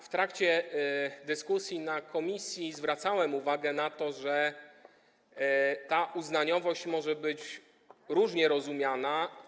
W trakcie dyskusji na posiedzeniu komisji zwracałem uwagę na to, że ta uznaniowość może być różnie rozumiana.